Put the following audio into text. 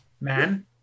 man